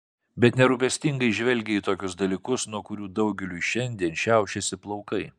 bet nerūpestingai žvelgė į tokius dalykus nuo kurių daugeliui šiandien šiaušiasi plaukai